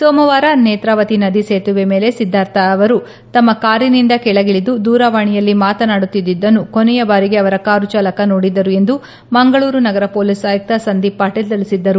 ಸೋಮವಾರ ನೇತ್ರಾವತಿ ನದಿ ಸೇತುವೆ ಮೇಲೆ ಸಿದ್ದಾರ್ಥ ಅವರು ತಮ್ನ ಕಾರಿನಿಂದ ಕೆಳಗಿಳಿದು ದೂರವಾಣಿಯಲ್ಲಿ ಮಾತನಾಡುತ್ತಿದ್ದುದನ್ನು ಕೊನೆಯ ಬಾರಿಗೆ ಅವರ ಕಾರು ಚಾಲಕ ನೋಡಿದ್ದರು ಎಂದು ಮಂಗಳೂರು ನಗರ ಪೊಲೀಸ್ ಆಯುಕ್ತ ಸಂದೀಪ್ ಪಾಟೀಲ್ ತಿಳಿಸಿದ್ದರು